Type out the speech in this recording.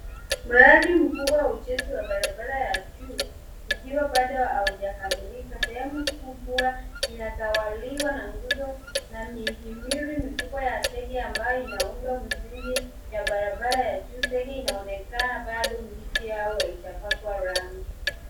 Maradi mkubwa wa ujenzi wa barabara ya juu ikiwa bado haujakamilika. Sehemu kubwa inatawaliwa na nguzo na mihimiri mikubwa ya sege ambayo inaundwa msingi ya barabara ya juu. Sege inaonekana bado mbichi au haijapakwa rangi.